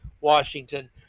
Washington